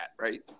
right